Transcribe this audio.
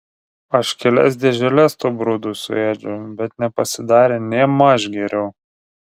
aš kelias dėželes tų brudų suėdžiau bet nepasidarė nėmaž geriau